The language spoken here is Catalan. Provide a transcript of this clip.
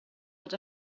els